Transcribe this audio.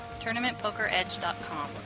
TournamentPokerEdge.com